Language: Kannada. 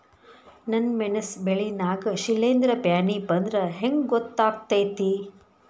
ನನ್ ಮೆಣಸ್ ಬೆಳಿ ನಾಗ ಶಿಲೇಂಧ್ರ ಬ್ಯಾನಿ ಬಂದ್ರ ಹೆಂಗ್ ಗೋತಾಗ್ತೆತಿ?